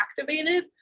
activated